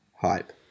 Hype